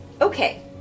Okay